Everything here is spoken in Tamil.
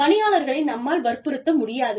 பணியாளர்களை நம்மால் வற்புறுத்த முடியாது